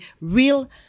real